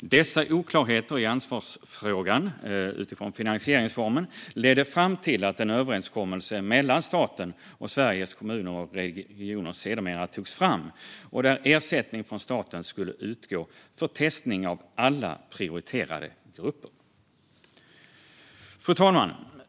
Dessa oklarheter i ansvarsfrågan, utifrån finansieringsformen, ledde fram till att en överenskommelse mellan staten och Sveriges Kommuner och Regioner sedermera togs fram där ersättning från staten skulle utgå för testning av alla prioriterade grupper. Fru talman!